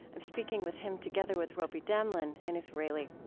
i'm speaking with him together with robi damelin, an israeli.